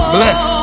Bless